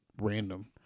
random